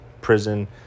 prison